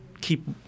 keep